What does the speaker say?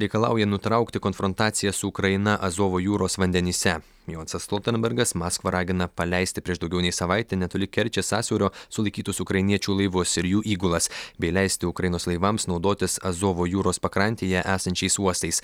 reikalauja nutraukti konfrontaciją su ukraina azovo jūros vandenyse jonsas stoltenbergas maskvą ragina paleisti prieš daugiau nei savaitę netoli kerčės sąsiaurio sulaikytus ukrainiečių laivus ir jų įgulas bei leisti ukrainos laivams naudotis azovo jūros pakrantėje esančiais uostais